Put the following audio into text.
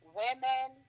women